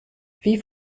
wie